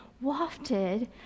wafted